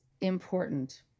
important